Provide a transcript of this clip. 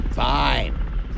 Fine